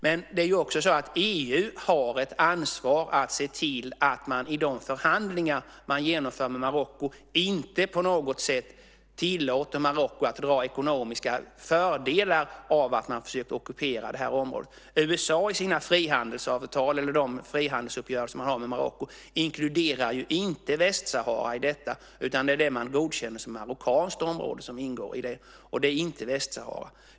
Men det är också så att EU har ett ansvar att se till att man i de förhandlingar man genomför med Marocko inte på något sätt tillåter Marocko att dra ekonomiska fördelar av att man försöker ockupera det här området. USA inkluderar i de frihandelsavtal man har med Marocko inte Västsahara, utan det är det man godkänner som marockanskt område som ingår, och det är inte Västsahara.